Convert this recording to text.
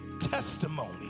testimony